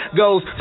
goes